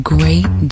Great